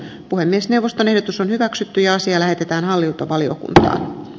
puhemiesneuvoston ehdotus on hyväksytty ja asia arvoisa puhemies